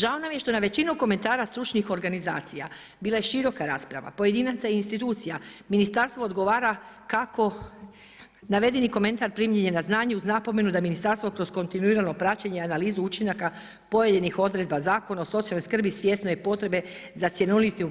Žao nam je što na većinu komentara stručnih organizacija, bila je široka rasprava pojedinaca i institucija ministarstvo odgovara kako navedeni komentar primljen je na znanje uz napomenu da ministarstvo kroz kontinuirano praćenje analizu učinaka pojedinih odredba Zakona o socijalnoj skrbi svjesno je potrebe za cjelovitim